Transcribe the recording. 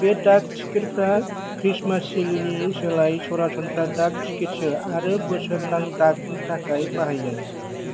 बे डाक टिकेटफ्रा ख्रिस्टमास सीलनि सोलायै सरासनस्रा डाक टिकेटसो आरो बोसोरनां डाकनि थाखाय बाहायजायो